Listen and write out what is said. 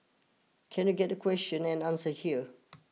can you get the question and answer here